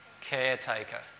caretaker